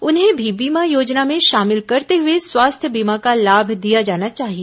उन्हें भी बीमा योजना में शामिल करते हुए स्वास्थ्य बीमा का लाभ दिया जाना चाहिए